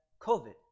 COVID